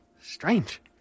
Strange